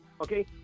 okay